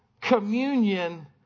communion